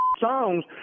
songs